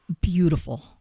beautiful